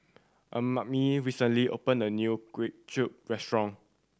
Amani recently opened a new Kway Chap restaurant